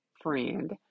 friend